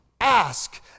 ask